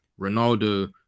Ronaldo